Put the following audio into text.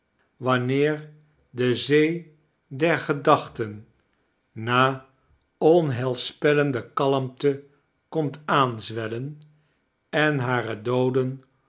wanneer de zee der gedachten na onhedlspellende kalmte komt aanzwellen en hare dooden